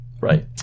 right